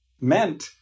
meant